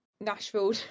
Nashville